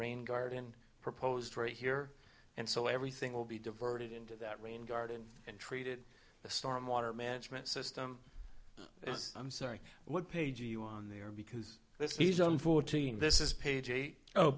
rain garden proposed right here and so everything will be diverted into that rain garden and treated a storm water management system i'm sorry what page are you on there because this he's on fourteen this is p